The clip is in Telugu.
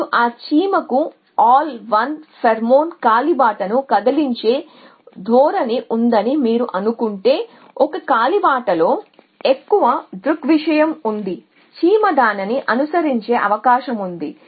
ఇప్పుడు ఆ చీమకు అన్నింటిని ఫెరోమోన్ కాలిబాటకు కదిలించే ధోరణి ఉందని మీరు అనుకుంటే ఒక కాలిబాటలో ఎక్కువ ఫెరోమోన్ ఉంది చీమ దానిని అనుసరించే అవకాశం ఉంది